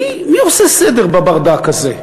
מי עושה סדר בברדק הזה?